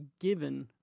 given